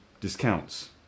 discounts